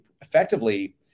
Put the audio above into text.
effectively